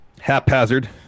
haphazard